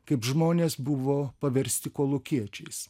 kaip žmonės buvo paversti kolūkiečiais